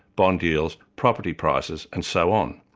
bond deals, property prices and so on.